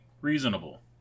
reasonable